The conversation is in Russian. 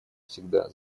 всегда